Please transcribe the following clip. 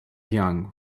young